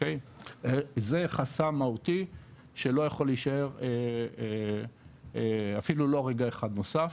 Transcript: זה חסם מהותי שלא יכול להישאר אפילו לא רגע אחד נוסף,